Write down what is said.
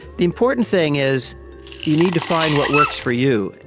the important thing is you need to find what works for you,